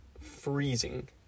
freezing